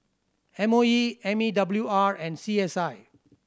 M O E M E W R and C S I